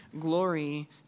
glory